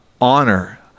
honor